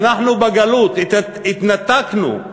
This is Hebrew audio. אנחנו בגלות, התנתקנו,